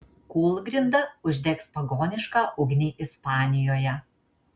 kūlgrinda uždegs pagonišką ugnį ispanijoje